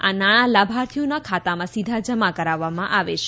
આ નાણા લાભાર્થીઓના ખાતામાં સીધા જમા કરાવવામાં આવે છે